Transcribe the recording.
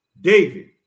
David